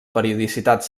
periodicitat